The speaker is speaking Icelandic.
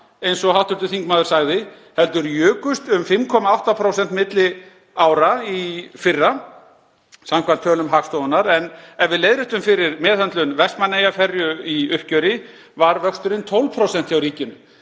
eins og hv. þingmaður sagði, heldur jukust þær um 5,8% milli ára í fyrra, samkvæmt tölum Hagstofunnar. Ef við leiðréttum fyrir meðhöndlun Vestmannaeyjaferju í uppgjöri var vöxturinn 12% hjá ríkinu.